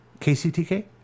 KCTK